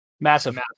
Massive